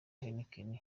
heineken